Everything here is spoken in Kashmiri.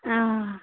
آ